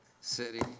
city